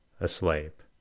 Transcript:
asleep